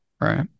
right